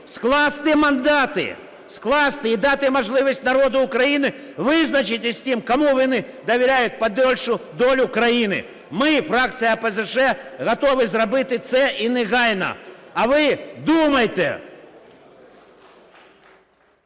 скласти мандати, скласти і дати можливість народу України визначитись з тим, кому вони довіряють подальшу долю країни. Ми, фракція ОПЗЖ, готові зробити це, і негайно. А ви думайте!